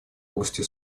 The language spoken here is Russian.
области